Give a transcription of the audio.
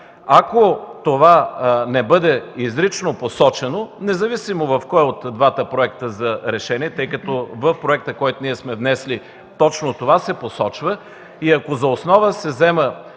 Ако това не бъде изрично посочено, независимо в кой от двата проекта за решения, тъй като в проекта, който ние сме внесли, се посочва точно това и ако за основа се вземе